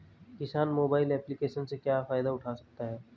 किसान mobile application से क्या फायदा उठा सकता है?